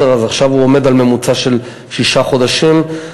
הוא עומד עכשיו על ממוצע של שישה חודשים,